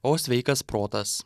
o sveikas protas